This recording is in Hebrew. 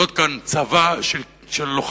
לבנות כאן צבא של לוחמים,